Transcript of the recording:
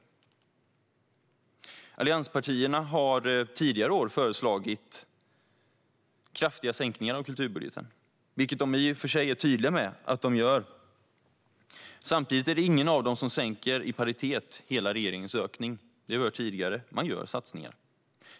Allianspartierna har tidigare år föreslagit kraftiga sänkningar av kulturbudgeten, vilket de i och för sig är tydliga med att de gör även i år. Samtidigt är det ingen av dem som sänker i paritet med regeringens hela ökning. Det har vi hört tidigare. Man gör satsningar.